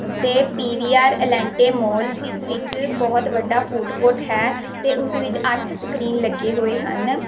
ਅਤੇ ਪੀਵੀਆਰ ਐਲੈਂਟੇ ਮਾਲ ਜਿਸ ਵਿੱਚ ਬਹੁਤ ਵੱਡਾ ਫੂਡ ਕੋਰਟ ਹੈ ਅਤੇ ਉਸ ਵਿੱਚ ਅੱਠ ਸਕਰੀਨ ਲੱਗੇ ਹੋਏ ਹਨ